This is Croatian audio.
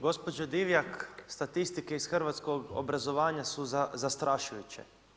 Gospođo Divjak, statistike iz hrvatskog obrazovanja su zastrašujuće.